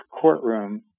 courtroom